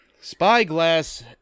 Spyglass